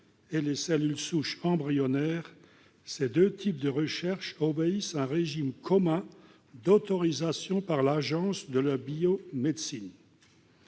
et les cellules souches embryonnaires, ces deux types de recherche obéissent à un régime commun d'autorisation par l'Agence de la biomédecine.